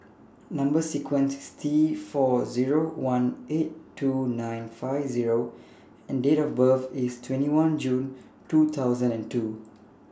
Number sequence IS T four Zero one eight two nine five Zero and Date of birth IS twenty one June twenty two